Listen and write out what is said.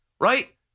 right